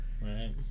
Right